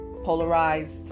polarized